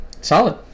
Solid